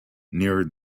near